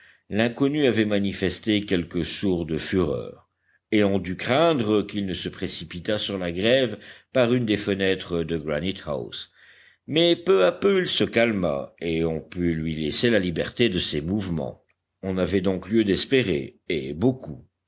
l'inconnu avait manifesté quelques sourdes fureurs et on dut craindre qu'il ne se précipitât sur la grève par une des fenêtres de granite house mais peu à peu il se calma et on put lui laisser la liberté de ses mouvements on avait donc lieu d'espérer et beaucoup